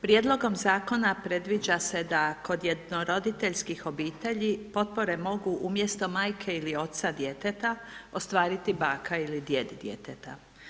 Prijedlogom zakona, predviđa se da kod jedno roditeljskih obitelji potpori mogu umjesto majke ili oca djeteta ostvariti baka ili djed djeteta.